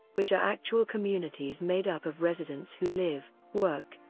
which are actual communities made up of residents who live, work,